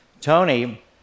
Tony